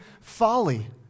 folly